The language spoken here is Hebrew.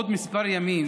בעוד כמה ימים